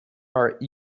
are